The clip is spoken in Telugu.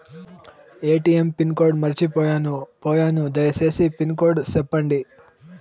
ఎ.టి.ఎం పిన్ కోడ్ మర్చిపోయాను పోయాను దయసేసి పిన్ కోడ్ సెప్పండి?